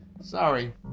Sorry